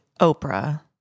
Oprah